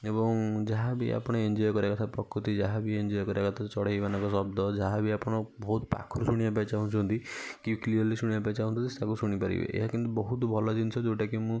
ଏବଂ ଯାହା ବି ଆପଣ ଏନ୍ଜୟ କରିବା କଥା ପ୍ରକୃତି ଯାହାବି ଏନ୍ଜୟ କରିବା କଥା ଚଢ଼େଇମାନଙ୍କ ଶବ୍ଦ ଯାହାବି ଆପଣ ବହୁତ ପାଖରୁ ଶୁଣିବା ପାଇଁ ଚାହୁଁଛନ୍ତି କି କ୍ଲିଅର୍ଲି ଶୁଣିବା ପାଇଁ ଚାହୁଁଥିଲେ ତାକୁ ଶୁଣିପାରିବେ ଏହା କିନ୍ତୁ ବହୁତ ଭଲ ଜିନିଷ ଯେଉଁଟାକି ମୁଁ